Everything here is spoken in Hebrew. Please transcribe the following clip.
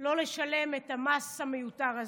לא לשלם את המס המיותר הזה.